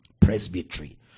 Presbytery